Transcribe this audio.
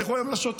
לכו היום לשוטרים.